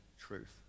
truth